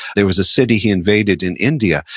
there was a city he invaded in india,